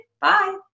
Bye